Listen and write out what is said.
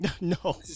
No